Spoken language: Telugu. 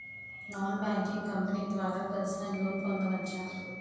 నాన్ బ్యాంకింగ్ కంపెనీ ద్వారా పర్సనల్ లోన్ పొందవచ్చా?